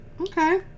Okay